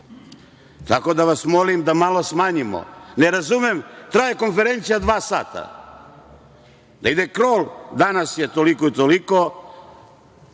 da vas molim da malo smanjimo. Ne razumem, traje konferencija dva sata, da ide krol danas je toliko i toliko